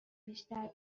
بیشتر